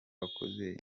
wakoze